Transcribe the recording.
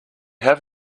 have